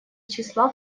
числа